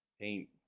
Paint